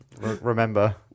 remember